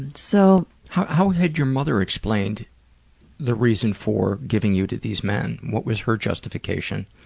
and so how how had your mother explained the reason for giving you to these men? what was her justification?